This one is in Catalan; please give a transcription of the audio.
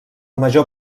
major